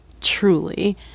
truly